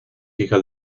hija